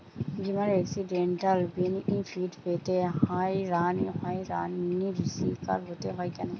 বিমার accidental benefit পেতে হয়রানির স্বীকার হতে হয় কেন?